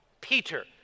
Peter